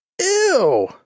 Ew